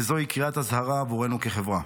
וזוהי קריאת אזהרה עבורנו כחברה.